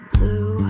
Blue